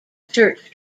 church